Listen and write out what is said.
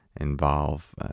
involve